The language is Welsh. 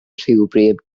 rhywbryd